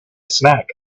snack